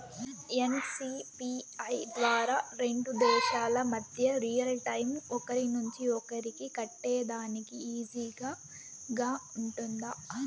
NCPI ద్వారా రెండు దేశాల మధ్య రియల్ టైము ఒకరి నుంచి ఒకరికి కట్టేదానికి ఈజీగా గా ఉంటుందా?